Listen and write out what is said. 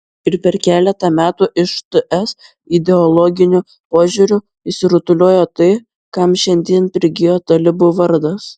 ir per keletą metų iš ts ideologiniu požiūriu išsirutuliojo tai kam šiandien prigijo talibų vardas